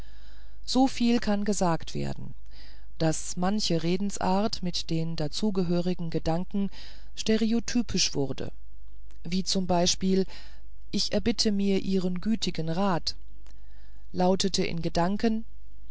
so viel kann gesagt werden daß manche redensarten mit den dazugehörenden gedanken stereotypisch wurden wie z b ich erbitte mir ihren gütigen rat lautet in gedanken